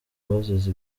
bazize